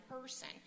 person